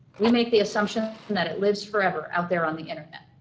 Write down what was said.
we make the assumption and that it lives forever out there on the internet.